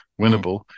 winnable